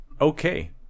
okay